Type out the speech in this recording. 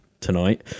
tonight